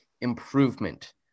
improvement